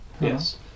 Yes